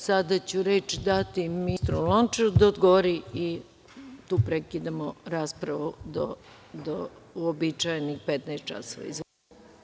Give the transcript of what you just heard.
Sada ću reč dati ministru Lončaru da odgovori i tu prekidamo raspravu do uobičajenih 15,00 časova.